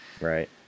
Right